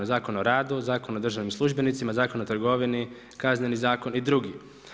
Zakona o radu, Zakona o državnim službenicima, Zakona o trgovini, Kazneni zakon i drugi.